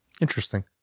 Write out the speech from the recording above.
Interesting